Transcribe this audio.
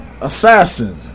Assassin